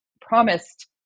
promised